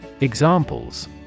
Examples